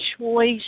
choice